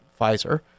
Pfizer